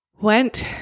went